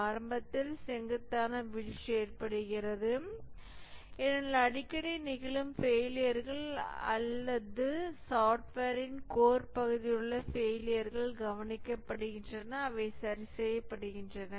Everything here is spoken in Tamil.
ஆரம்பத்தில் செங்குத்தான வீழ்ச்சி ஏற்படுகிறது ஏனெனில் அடிக்கடி நிகழும் ஃபெயிலியர்கள் அல்லது சாப்ட்வேரின் கோர் பகுதியிலுள்ள ஃபெயிலியர்கள் கவனிக்கப்படுகின்றன அவை சரிசெய்யப்படுகின்றன